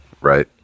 right